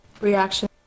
reaction